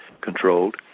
controlled